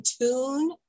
tune